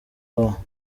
baho